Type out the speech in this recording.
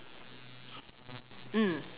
mm